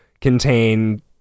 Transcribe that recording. contain